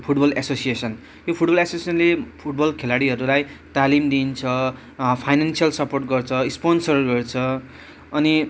football association यो football एसोसिएसनले football खेलाडीहरूलाई तालिम दिन्छ फाइनेन्सियल सपोर्ट गर्छ स्पोन्सर गर्छ अनि